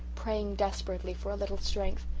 praying desperately for a little strength,